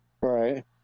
Right